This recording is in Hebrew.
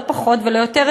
לא פחות ולא יותר,